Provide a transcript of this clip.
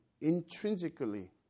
intrinsically